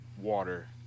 water